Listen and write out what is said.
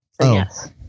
Yes